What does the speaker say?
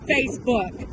Facebook